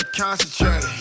concentrate